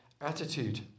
attitude